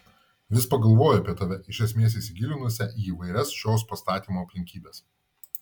vis pagalvoju apie tave iš esmės įsigilinusią į įvairias šios pastatymo aplinkybes